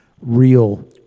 real